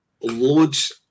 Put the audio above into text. loads